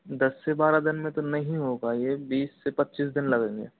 दस से बारह दिन में तो नहीं हो पाएंगे बीस से पच्चीस दिन लगेंगे